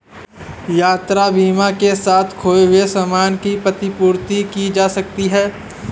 यात्रा बीमा के साथ खोए हुए सामान की प्रतिपूर्ति की जा सकती है